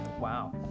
Wow